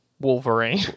Wolverine